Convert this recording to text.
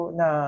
na